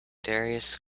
darius